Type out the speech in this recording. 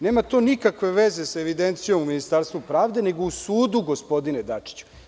Nema to nikakve veze sa evidencijom u Ministarstvu pravde, nego u sudu, gospodine Dačiću.